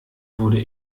wurde